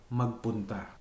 magpunta